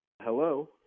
Hello